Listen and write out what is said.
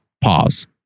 Pause